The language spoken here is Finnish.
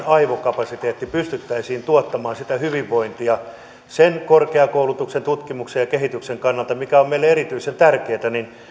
aivokapasiteetilla pystyttäisiin tuottamaan sitä hyvinvointia heikkenevät korkeakoulutuksen tutkimuksen ja kehityksen kannalta mikä on meille erityisen